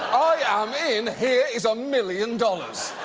i am in, here is a million dollars.